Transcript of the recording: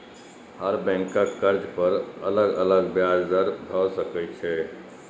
हर बैंकक कर्ज पर अलग अलग ब्याज दर भए सकै छै